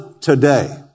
Today